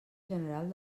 general